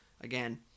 again